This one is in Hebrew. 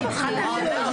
תנו לה.